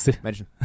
imagine